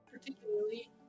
Particularly